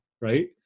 right